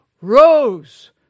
rose